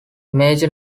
major